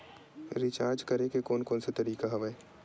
Recharge करे के कोन कोन से तरीका हवय?